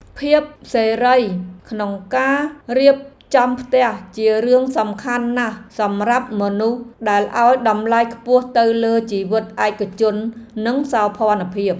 ភាពសេរីក្នុងការរៀបចំផ្ទះជារឿងសំខាន់ណាស់សម្រាប់មនុស្សដែលឱ្យតម្លៃខ្ពស់ទៅលើជីវិតឯកជននិងសោភ័ណភាព។